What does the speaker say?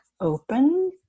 open